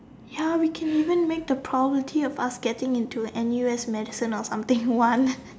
ya we can even make the probability of us getting into N_U_S medicine or something one